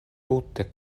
tute